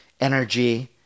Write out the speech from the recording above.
energy